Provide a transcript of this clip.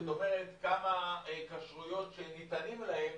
זאת אומרת, כמה כשרויות שניתנים להם,